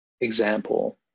example